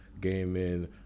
gaming